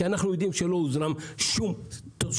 כי אנחנו יודעים שלא הוזרמה שום תוספת